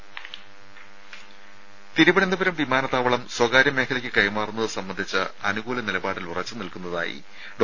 രുമ തിരുവനന്തപുരം വിമാനത്താവളം സ്വകാര്യ മേഖലയ്ക്ക് കൈമാറുന്നത് സംബന്ധിച്ച അനുകൂല നിലപാടിൽ ഉറച്ച് നിൽക്കുന്നതായി ഡോ